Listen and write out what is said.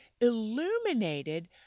illuminated